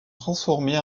transformés